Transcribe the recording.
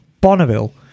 Bonneville